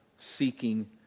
seeking